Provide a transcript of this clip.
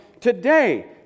Today